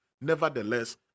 Nevertheless